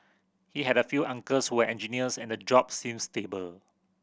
he had a few uncles who were engineers and the job seemed stable